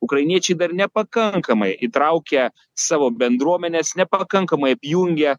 ukrainiečiai dar nepakankamai įtraukia savo bendruomenes nepakankamai apjungia